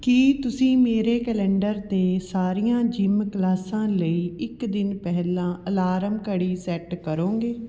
ਕੀ ਤੁਸੀਂ ਮੇਰੇ ਕੈਲੰਡਰ 'ਤੇ ਸਾਰੀਆਂ ਜਿਮ ਕਲਾਸਾਂ ਲਈ ਇੱਕ ਦਿਨ ਪਹਿਲਾਂ ਅਲਾਰਮ ਘੜੀ ਸੈੱਟ ਕਰੋਂਗੇ